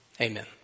amen